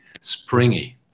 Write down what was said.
springy